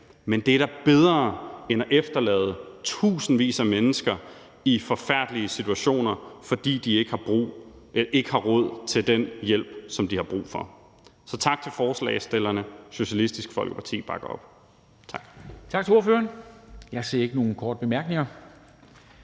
Men det er da bedre end at efterlade tusindvis af mennesker i en forfærdelig situation, fordi de ikke har råd til den hjælp, som de har brug for. Så tak til forslagsstillerne. Socialistisk Folkeparti bakker op. Tak. Kl. 11:29 Formanden (Henrik Dam Kristensen):